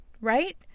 right